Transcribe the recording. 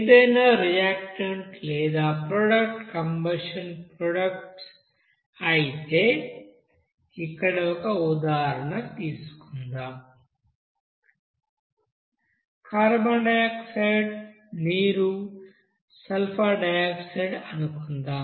ఏదైనా రియాక్టన్స్ లేదా products combustion products అయితే ఇక్కడ ఒక ఉదాహరణ తీసుకుందాం కార్బన్ డయాక్సైడ్ నీరు సల్ఫర్ డయాక్సైడ్ అనుకుందాం